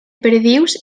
perdius